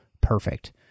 perfect